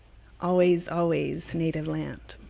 always, always native land.